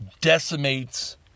decimates